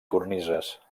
cornises